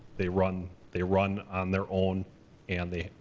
they run they run on their own and they,